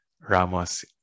ramos